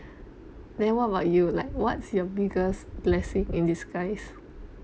then what about you like what's your biggest blessing in disguise